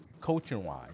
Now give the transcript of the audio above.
coaching-wise